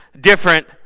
different